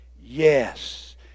yes